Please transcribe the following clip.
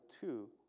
two